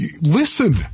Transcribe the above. listen